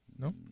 No